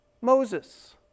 Moses